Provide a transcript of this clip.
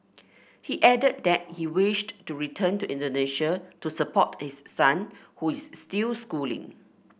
he added that he wished to return to Indonesia to support his son who is still schooling